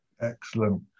Excellent